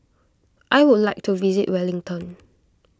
I would like to visit Wellington